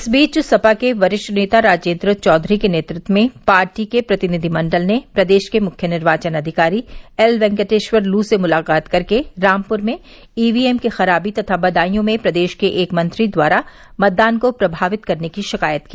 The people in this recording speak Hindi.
इस बीच सपा के वरिष्ठ नेता राजेन्द्र चौधरी के नेतृत्व में पार्टी के प्रतिनिधि मंडल ने प्रदेश के मुख्य निर्वाचन अधिकारी एल वेंकटेश्वर लू से मुलाकात कर रामपुर में ईवीएम की खराबी तथा बदायूं में प्रदेश के एक मंत्री द्वारा मतदान को प्रभावित करने की शिकायत की